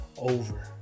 over